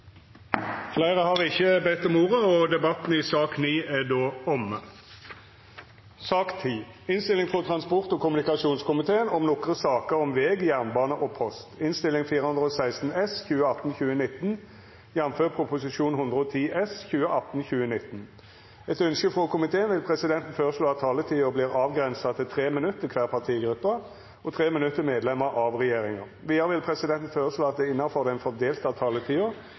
Fleire har ikkje bedt om ordet til sak nr. 10. Etter ønske frå transport- og kommunikasjonskomiteen vil presidenten føreslå at taletida vert avgrensa til 5 minutt til kvar partigruppe og 5 minutt til medlemer av regjeringa. Vidare vil presidenten føreslå at det – innanfor den fordelte taletida